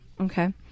Okay